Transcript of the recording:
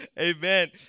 Amen